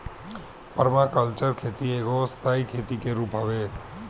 permaculture खेती एगो स्थाई खेती के रूप हवे